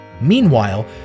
Meanwhile